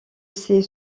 ses